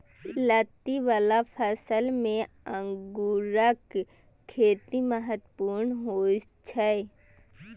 लत्ती बला फसल मे अंगूरक खेती महत्वपूर्ण होइ छै